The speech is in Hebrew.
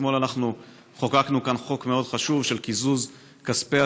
אתמול אנחנו חוקקנו כאן חוק מאוד חשוב של קיזוז כספי